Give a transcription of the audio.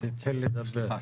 אוקיי.